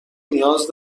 نیاز